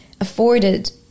afforded